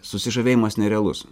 susižavėjimas nerealus